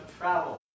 travel